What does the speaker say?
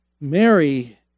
Mary